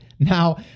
Now